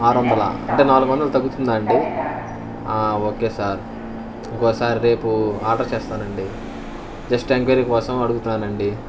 ఆరు వందల అంటే నాలుగు వందలు తగ్గుతుందా అండి ఓకే సార్ ఇంకోసారి రేపు ఆర్డర్ చేస్తానండి జస్ట్ ఎంక్వయిరీ కోసం అడుగుతున్నాను అండి